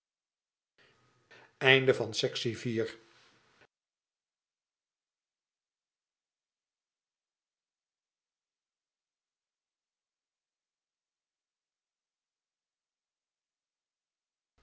bouw van vier